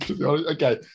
Okay